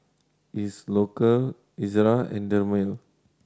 Isocal Ezerra and Dermale